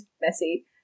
messy